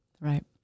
Right